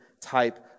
type